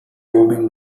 homing